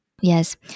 Yes